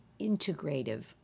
integrative